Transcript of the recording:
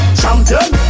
champion